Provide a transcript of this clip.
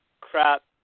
crap